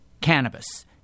cannabis